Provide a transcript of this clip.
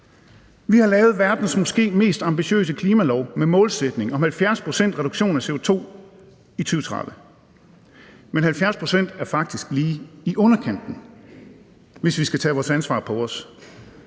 Vi har lavet verdens måske mest ambitiøse klimalov med en målsætning om 70 pct.s reduktion af CO2 i 2030. Men 70 pct. er faktisk lige i underkanten, hvis vi skal tage vores ansvar på os.